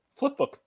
flipbook